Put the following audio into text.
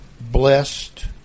blessed